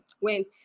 went